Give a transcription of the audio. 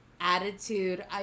attitude